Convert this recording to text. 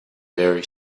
very